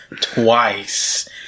twice